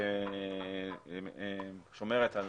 ושומרת על